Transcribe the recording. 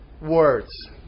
words